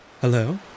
Hello